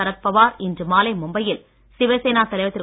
சரத் பவார் இன்று மாலை மும்பையில் சிவசேனா தலைவர் திரு